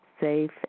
safe